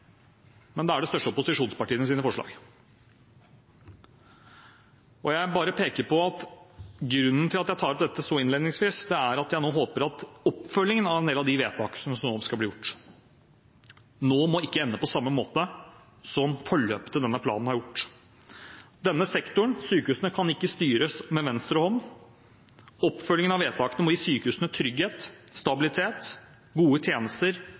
men det største opposisjonspartiets forslag. Grunnen til at jeg tar opp dette innledningsvis, er at jeg nå håper at oppfølgingen av en del av de vedtak som nå skal bli gjort, ikke må ende opp på samme måte som forløpet til denne planen har gjort. Denne sektoren – sykehusene – kan ikke styres ved venstrehåndsarbeid. Oppfølgingen av vedtakene må gi sykehusene trygghet, stabilitet, gode tjenester